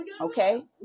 Okay